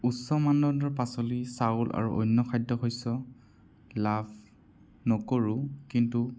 উচ্চ মানদণ্ডৰ পাচলি চাউল আৰু অন্য খাদ্য শস্য় লাভ নকৰোঁ কিন্তু